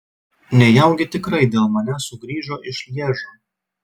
nejaugi tikrai dėl manęs sugrįžo iš lježo